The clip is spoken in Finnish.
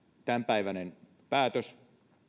tämänpäiväinen päätös